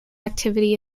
activity